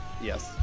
Yes